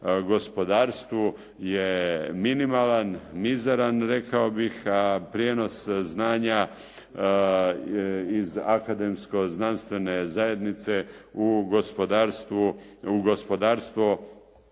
gospodarstvu je minimalan, mizaran rekao bih, a prijenos znanja iz akademsko-znanstvene zajednice u gospodarstvo